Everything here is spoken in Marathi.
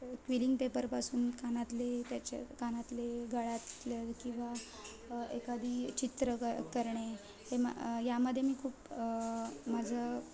क्विलिंग पेपरपासून कानातले त्याच्या कानातले गळ्यातल्या किंवा एखादी चित्र क करणे हे यामध्ये मी खूप माझं